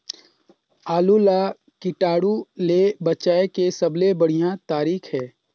आलू ला कीटाणु ले बचाय के सबले बढ़िया तारीक हे?